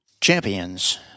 Champions